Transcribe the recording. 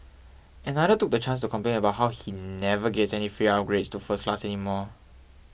another took the chance to complain about how he never gets any free upgrades to first class anymore